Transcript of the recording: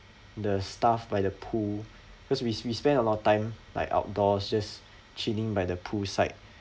the stuff by the pool because we we spend a lot of time like outdoors just chilling by the pool side